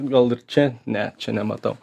gal ir čia ne čia nematau